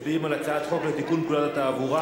מצביעים על הצעת חוק לתיקון פקודת התעבורה